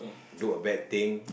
do a bad thing